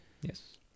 Yes